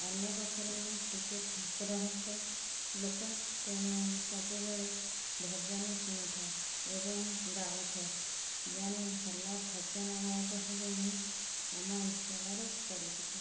ଅନ୍ୟ ପକ୍ଷରେ ମୁଁ ଟିକିଏ ଠାକୁର ଭକ୍ତ ଲୋକ ତେଣୁ ସବୁବେଳେ ଭଜନ ଶୁଣୁଥାଏ ଏବଂ ଗାଉଥାଏ ଜଣେ ଭଲ ଭଜନ ଗାୟକ ଭାବେ ମୁଁ ଆମ ଅଞ୍ଚଳରେ ପରିଚିତ